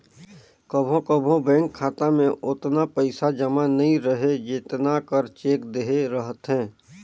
कभों कभों बेंक खाता में ओतना पइसा जमा नी रहें जेतना कर चेक देहे रहथे